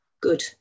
good